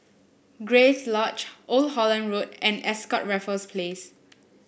Grace Lodge Old Holland Road and Ascott Raffles Place